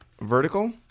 vertical